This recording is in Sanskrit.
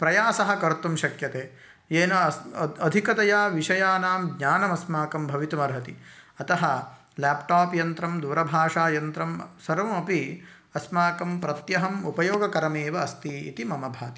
प्रयासं कर्तुं शक्यते येन अस् अधिकतया विषयानां ज्ञानम् अस्माकं भवितुमर्हति अतः ल्याप्टाप्यन्त्रं दूरभाषायन्त्रं सर्वमपि अस्माकं प्रत्यहम् उपयोगकरमेव अस्ति इति मम भाति